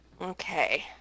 Okay